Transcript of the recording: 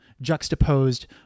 juxtaposed